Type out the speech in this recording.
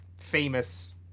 famous